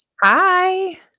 Hi